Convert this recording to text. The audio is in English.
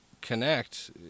connect